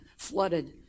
flooded